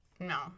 No